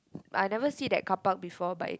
I never see that carpark before but